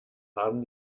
haben